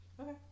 Okay